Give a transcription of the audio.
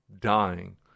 dying